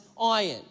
iron